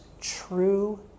true